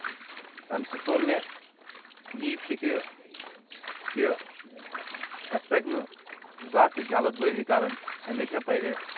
تَمہِ سۭتۍ توٚر مے یی فِکرِ کہِ اسہِ پَکہِ نہٕ زانٛہہ تہِ جَلٕدبٲزی کَرٕنۍ ہَمیشَہ پَزِ اسہِ